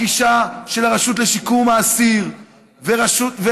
הגישה של הרשות לשיקום האסיר והסוהרים,